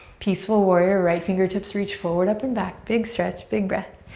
peaceful warrior. right fingertips reach forward, up, and back. big stretch, big breath.